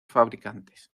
fabricantes